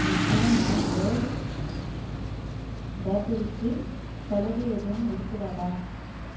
Nippo nine volt பேட்டரிக்கு சலுகை எதுவும் இருக்கிறதா